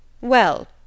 Well